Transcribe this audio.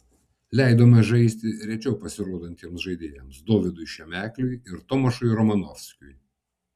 leidome žaisti rečiau pasirodantiems žaidėjams dovydui šemekliui ir tomašui romanovskiui